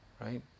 Right